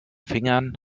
fingern